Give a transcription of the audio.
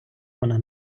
вона